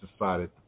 decided